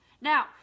Now